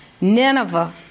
Nineveh